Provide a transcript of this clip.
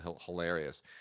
hilarious